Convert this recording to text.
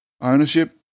Ownership